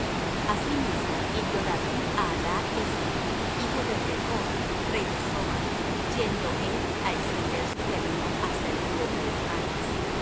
asimismo hirió david á hadad ezer hijo de rehob rey de soba yendo él á extender su término hasta el río de eufrates